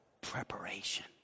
preparation